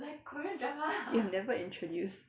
you have never introduce